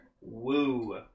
Woo